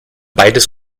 beides